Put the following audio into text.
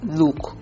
look